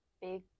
big